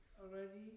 already